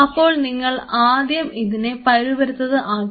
അപ്പോൾ നിങ്ങൾ ആദ്യം ഇതിനെ പരുപരുത്തത് ആക്കി